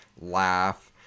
laugh